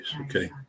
okay